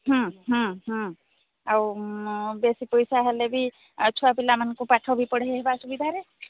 ହୁଁ ହୁଁ ହୁଁ ଆଉ ବେଶୀ ପଇସା ହେଲେ ବି ଆଉ ଛୁଆପିଲାଙ୍କୁ ପାଠ ବି ପଢ଼େଇବାରେ ସୁବିଧାରେ